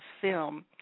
film